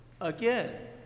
Again